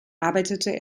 arbeitete